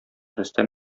рөстәм